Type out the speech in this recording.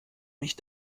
mich